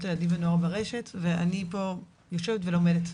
לילדים ונוער ברשת ואני פה יושבת ולומדת,